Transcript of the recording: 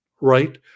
right